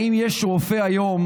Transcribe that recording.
האם יש רופא היום